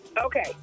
Okay